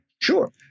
sure